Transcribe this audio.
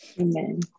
Amen